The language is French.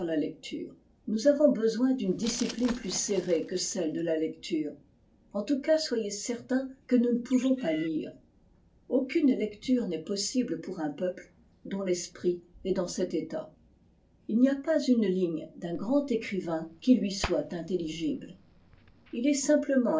nous avons besoin d'une discipline plus serrée que celle de la lecture en tous cas soyez certain que nous ne pouvons pas lire aucune lecture n'est possible pour un peuple dont l'esprit est dans cet état il n'y a pas une ligne d'un grand écrivain qui lui soit intelligible il